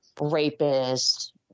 rapist